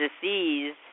disease